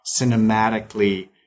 cinematically